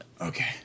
okay